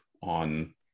on